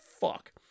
fuck